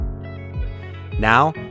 Now